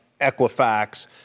Equifax